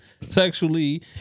Sexually